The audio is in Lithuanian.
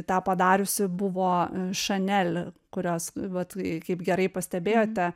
tą padariusi buvo chanel kurios vat kaip gerai pastebėjote